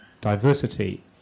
diversity